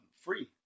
free